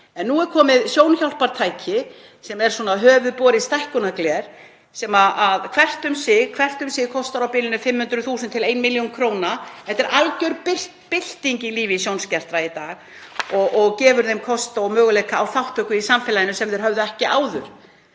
En nú er komið sjónhjálpartæki sem er höfuðborið stækkunargler sem hvert um sig kostar á bilinu 500.000 til 1 milljón kr. Þetta er alger bylting í lífi sjónskertra í dag og gefur þeim kost og möguleika á þátttöku í samfélaginu sem þeir höfðu ekki áður,